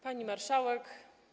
Pani Marszałek!